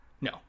No